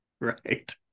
right